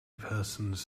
persons